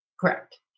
Correct